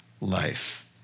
life